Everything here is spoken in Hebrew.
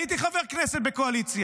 הייתי חבר כנסת בקואליציה,